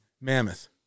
Mammoth